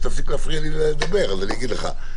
כשתפסיק להפריע לי לדבר, אז אני אגיד לך.